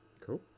Cool